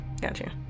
Gotcha